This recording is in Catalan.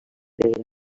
pedra